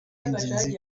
ingenzi